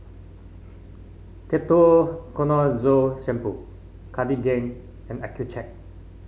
Ketoconazole Shampoo Cartigain and Accucheck